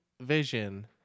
Vision